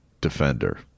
defender